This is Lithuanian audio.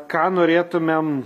ką norėtumėm